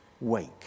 wake